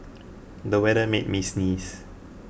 the weather made me sneeze